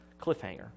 Cliffhanger